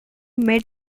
met